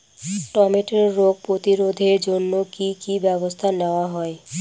টমেটোর রোগ প্রতিরোধে জন্য কি কী ব্যবস্থা নেওয়া হয়?